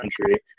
country